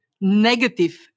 negative